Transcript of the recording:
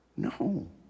No